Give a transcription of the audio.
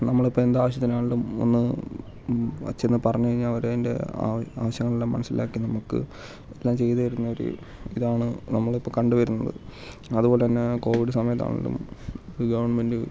നമ്മളിപ്പോൾ എന്ത് ആവശ്യത്തിനാണെങ്കിലും ഒന്ന് ചെന്ന് പറഞ്ഞു കഴിഞ്ഞാൽ അവർ അതിൻ്റെ ആവശ്യങ്ങളെല്ലാം മനസ്സിലാക്കി നമുക്ക് എല്ലാം ചെയ്തു തരുന്നൊരു ഇതാണ് നമ്മളിപ്പോൾ കണ്ടു വരുന്നത് അതുപോലെ തന്നെ കോവിഡ് സമയത്താണെങ്കിലും ഗവൺമെൻറ്